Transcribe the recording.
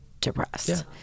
depressed